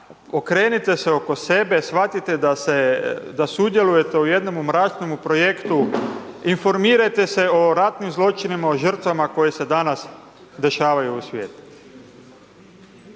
okrenite se oko sebe, shvatite da sudjelujete u jednom mračnom projektu, informirajte se o ratnim zločinima, o žrtvama koje se danas dešavaju u svijetu.